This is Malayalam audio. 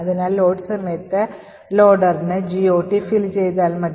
അതിനാൽ ലോഡ് സമയത്ത് loaderന് GOT fill ചെയ്താൽ മതി